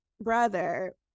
brother